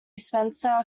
spencer